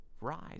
rise